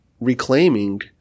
reclaiming